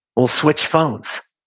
we'll switch phones.